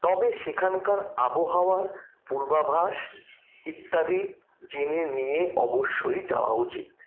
তবে সেখানকার আবহাওয়ার পূর্বাভাস ইত্যাদি জেনে নিয়ে অবশ্যই যাওয়া উচিত